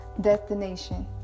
destination